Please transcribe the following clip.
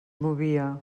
movia